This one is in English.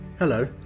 Hello